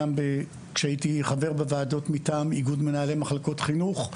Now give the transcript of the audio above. גם כשהייתי חבר בוועדות מטעם איגוד מנהלי מחלקות חינוך,